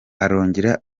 arongera